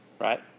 right